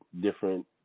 different